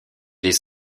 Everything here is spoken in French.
les